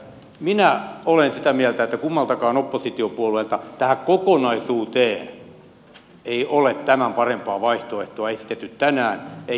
minä olen sitä mieltä että kummaltakaan oppositiopuolueelta tähän kokonaisuuteen ei ole tämän parempaa vaihtoehtoa esitetty tänään eikä tätä ennen